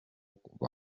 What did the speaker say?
kuva